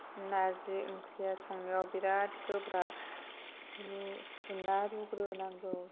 नारजि ओंख्रिया संनायाव बिराद गोब्राब सुना रुग्रोनांगौ